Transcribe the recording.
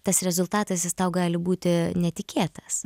tas rezultatas jis tau gali būti netikėtas